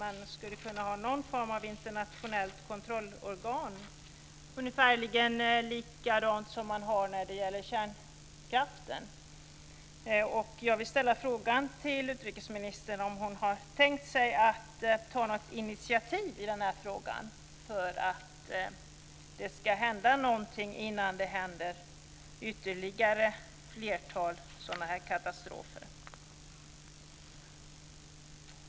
Man skulle kunna ha någon form av internationellt kontrollorgan, ungefär som man har när det gäller kärnkraften. Jag vill fråga utrikesministern om hon har tänkt sig att ta något initiativ i frågan för att det ska hända något innan det sker ytterligare sådana här katastrofer.